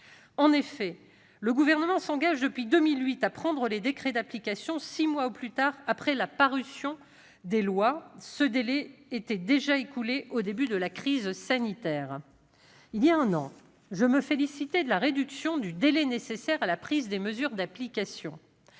En effet, le Gouvernement s'engage depuis 2008 à prendre les décrets d'application six mois au plus tard après la parution des lois. Ce délai était déjà écoulé au début de la crise sanitaire. Il y a un an, je me félicitais de la réduction du délai nécessaire à la prise des mesures d'application.